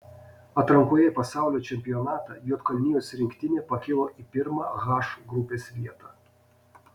atrankoje į pasaulio čempionatą juodkalnijos rinktinė pakilo į pirmą h grupės vietą